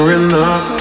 enough